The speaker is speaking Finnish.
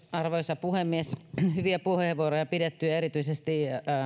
arvoisa puhemies hyviä puheenvuoroja on pidetty erityisesti